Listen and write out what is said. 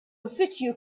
uffiċċju